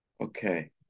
Okay